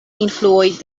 influoj